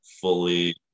fully